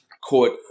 court